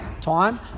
time